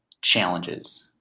challenges